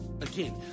Again